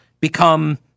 become